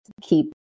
keep